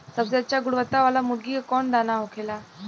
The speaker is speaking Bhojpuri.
सबसे अच्छा गुणवत्ता वाला मुर्गी के कौन दाना होखेला?